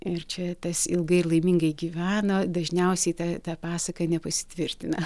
ir čia tas ilgai ir laimingai gyvena dažniausiai ta ta pasaka nepasitvirtina